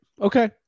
okay